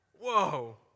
Whoa